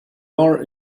are